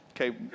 okay